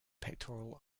pectoral